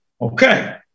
Okay